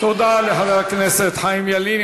תודה לחבר הכנסת חיים ילין.